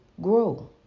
grow